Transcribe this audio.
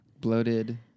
Bloated